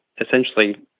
essentially